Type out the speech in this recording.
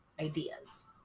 ideas